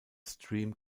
stream